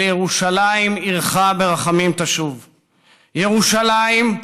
"ולירושלים עירך ברחמים תשוב"; ירושלים,